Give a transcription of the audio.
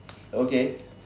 okay